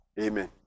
Amen